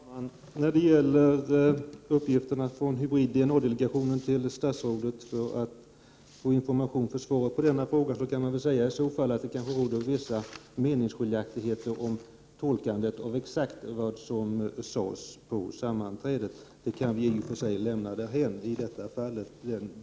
Herr talman! När det gäller uppgiften att få Hybrid-DNA-delegationen till statsrådet för att få information kan man väl säga att det kanske råder vissa meningsskiljaktigheter om tolkningen av vad som exakt sades på sammanträdet. I det här fallet kan vi lämna detta därhän.